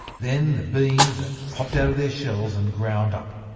then the beans are popped out of their shells and ground up.